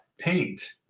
paint